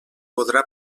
podrà